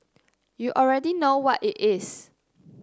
you already know what it is